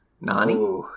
Nani